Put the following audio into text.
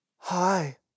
Hi